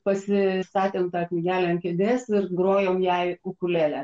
pasistatėm tą knygelę ant kėdės ir grojom jai ukulele